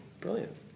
Brilliant